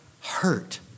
hurt